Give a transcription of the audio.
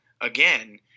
again